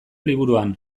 liburuan